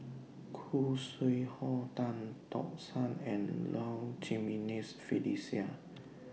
Khoo Sui Hoe Tan Tock San and Low Jimenez Felicia